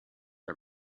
are